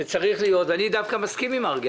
אני דווקא מסכים עם מרגי,